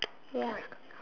ya